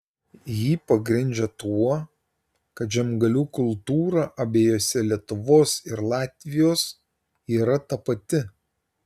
jį pagrindžia tuo kad žemgalių kultūra abiejose lietuvos ir latvijos yra tapati